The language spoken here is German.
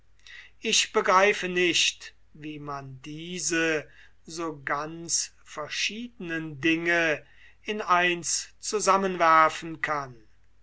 ich begreife nicht wie man diese so ganz verschiedenen dinge in eins zusammenwerfen kann